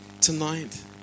tonight